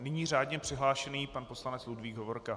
Nyní řádně přihlášený pan poslanec Ludvík Hovorka.